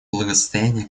благосостояние